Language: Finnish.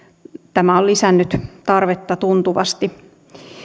tämä on lisännyt tarvetta tuntuvasti